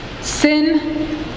Sin